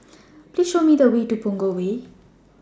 Please Show Me The Way to Punggol Way